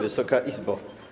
Wysoka Izbo!